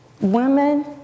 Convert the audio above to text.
women